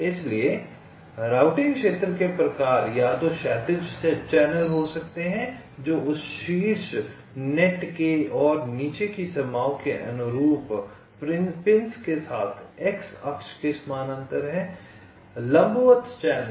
इसलिए राउटिंग क्षेत्र के प्रकार या तो क्षैतिज चैनल हो सकते हैं जो उस शीर्ष नेट के और नीचे की सीमाओं पर अनुरूप पिंस के साथ x अक्ष के समानांतर है